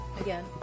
again